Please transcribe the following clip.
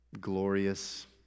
glorious